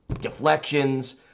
deflections